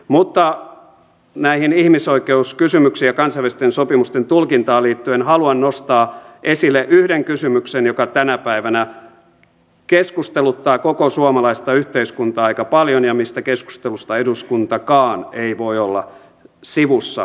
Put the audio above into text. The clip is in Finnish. mutta näihin ihmisoikeuskysymyksiin ja kansainvälisten sopimusten tulkintaan liittyen haluan nostaa esille yhden kysymyksen joka tänä päivänä keskusteluttaa koko suomalaista yhteiskuntaa aika paljon mistä keskustelusta eduskuntakaan ei voi olla sivussa